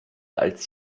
als